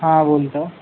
हा बोलतो